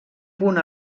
punt